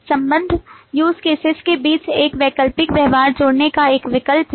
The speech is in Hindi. संबंध use cases के बीच एक वैकल्पिक व्यवहार जोड़ने का एक विकल्प है